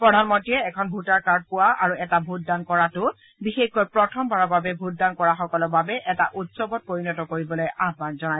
প্ৰধানমন্ত্ৰীয়ে এখন voter card পোৱা আৰু এটা ভোটদান কৰাটো বিশেষকৈ প্ৰথমবাৰৰ বাবে ভোটদান কৰাসকলৰ বাবে এটা উৎসৱত পৰিণত কৰিবলৈ আহান জনায়